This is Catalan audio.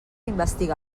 investiga